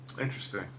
Interesting